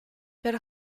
per